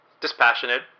Dispassionate